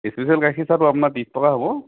special গাখীৰ চাহটো আপোনাৰ ত্ৰিছ টকা হ'ব